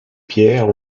pierres